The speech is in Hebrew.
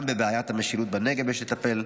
גם בבעיית המשילות בנגב יש לטפל.